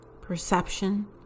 perception